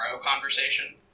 conversation